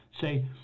say